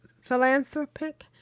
philanthropic